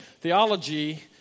Theology